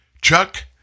Chuck